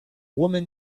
woman